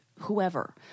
whoever